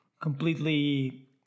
completely